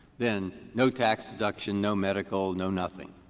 then no tax deduction, no medical, no nothing.